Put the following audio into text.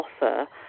offer